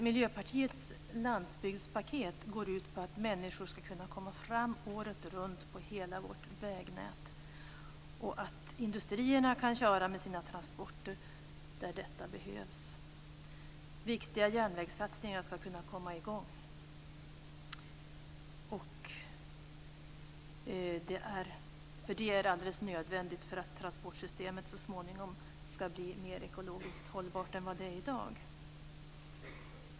Miljöpartiets landsbygdspaket går ut på att människor ska kunna komma fram året runt på hela vårt vägnät och att industrierna kan köra med sina transporter där detta behövs. Viktiga järnvägssatsningar ska kunna komma i gång. Det är alldeles nödvändigt för att transportsystemet så småningom ska bli mer ekologiskt hållbart än vad det är i dag.